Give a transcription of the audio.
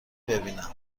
ببینم